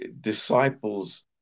disciples